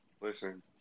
Listen